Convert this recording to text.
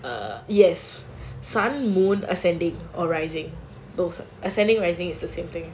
err yes sun moon ascending or rising both lah ascending rising it's the same thing